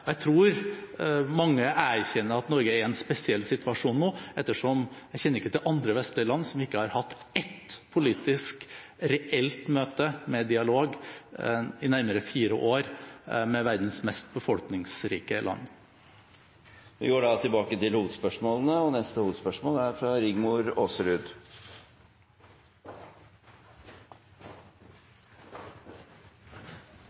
Jeg tror mange erkjenner at Norge er i en spesiell situasjon nå, ettersom jeg ikke kjenner til andre vestlige land som ikke har hatt ett reelt politisk møte med dialog i løpet av nærmere fire år med verdens mest befolkningsrike land. Vi går videre til neste hovedspørsmål. Jeg vil tilbake til